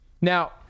Now